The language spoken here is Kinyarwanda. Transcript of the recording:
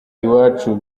iwacu